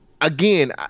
again